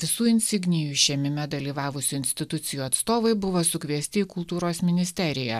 visų insignijų išėmime dalyvavusių institucijų atstovai buvo sukviesti į kultūros ministeriją